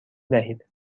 دهید